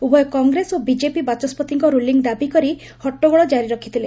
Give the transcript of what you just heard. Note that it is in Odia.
ଉଭୟ କଂଗ୍ରେସ ଓ ବିଜେପି ବାଚସ୍ୱତିଙ୍କ ରୁଲିଂ ଦାବି କରି ହଟ୍ଟଗୋଳ ଜାରୀ ରଖିଥିଲେ